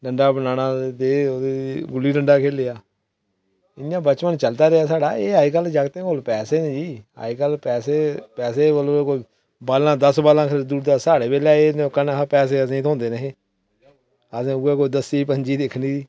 डंडा बनाना ते गुल्ली डंडां खेढना इ'यां बचपन चलदा रेहा साढा हून जागतें कुल पैसो न जी अजकल पैसे कन्नै दस्स बस्सां खरीदी ओड़दे साढे़ बेल्लै असें गी पैसे थ्होंदे निं हे असें ऊ'ऐ कुतै दस्सी पंज्जी दिक्खनी